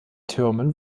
türmen